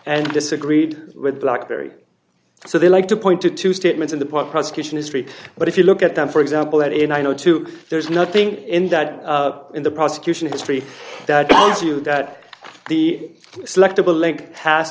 and disagreed with blackberry so they like to point to two statements on the part prosecution history but if you look at them for example that and i know too there's nothing in that in the prosecution history that gives you that the selectable link has